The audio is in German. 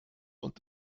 und